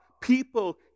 people